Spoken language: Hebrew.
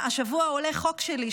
השבוע עולה חוק שלי,